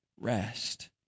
rest